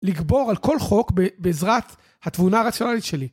לגבור על כל חוק בעזרת התבונה הרציונלית שלי